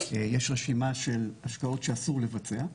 יש רשימה של השקעות שאסור לבצע.